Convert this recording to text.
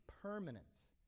permanence